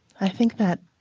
i think that